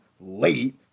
late